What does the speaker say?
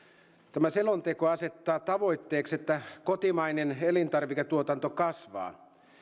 tämä selonteko asettaa tavoitteeksi että kotimainen elintarviketuotanto kasvaa